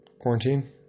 Quarantine